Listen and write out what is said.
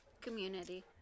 community